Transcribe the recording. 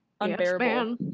unbearable